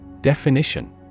Definition